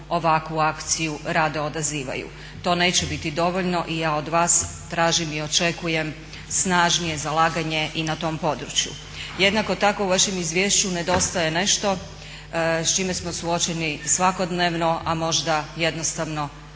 ovakvu akciju rado odazivaju. To neće biti dovoljno i ja od vas tražim i očekujem snažnije zalaganje i na tom području. Jednako tako u vašem izvješću nedostaje nešto s čime smo suočeni svakodnevno, a možda jednostavno